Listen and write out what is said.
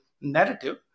narrative